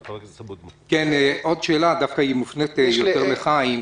עוד שאלה שמופנית יותר לחיים ביבס,